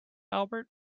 albert